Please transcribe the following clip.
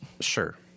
Sure